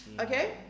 Okay